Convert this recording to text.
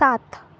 सात